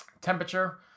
Temperature